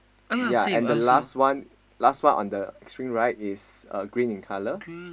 ya and the last one last one on the extreme right is uh green in color